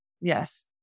Yes